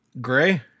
Gray